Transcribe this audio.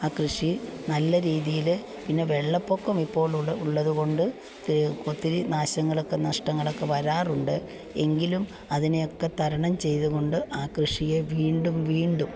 ആ കൃഷി നല്ല രീതിയിൽ പിന്നെ വെള്ളപ്പൊക്കം ഇപ്പോൾ ഉള്ള ഉള്ളതുകൊണ്ട് ഒത്തിരി നാശങ്ങളൊക്കെ നഷ്ടങ്ങളൊക്കെ വരാറുണ്ട് എങ്കിലും അതിനെയൊക്കെ തരണം ചെയ്തുകൊണ്ട് ആ കൃഷിയെ വീണ്ടും വീണ്ടും